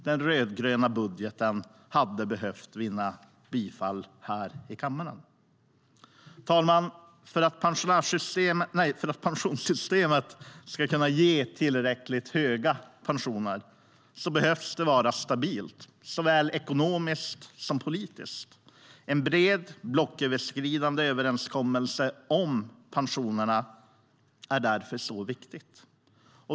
Den rödgröna budgeten hade behövt vinna bifall i kammaren. Herr talman! För att pensionssystemet ska kunna ge tillräckligt höga pensioner behöver det vara stabilt, såväl ekonomiskt som politiskt. En bred, blocköverskridande överenskommelse om pensionerna är därför så viktig.